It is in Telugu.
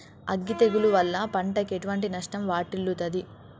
అగ్గి తెగులు వల్ల పంటకు ఎటువంటి నష్టం వాటిల్లుతది?